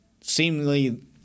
Seemingly